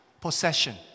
possession